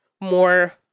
more